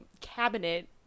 cabinet